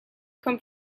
come